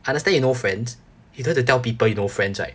understand you no friends you don't have to tell people you no friends right